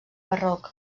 barroc